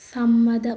സമ്മതം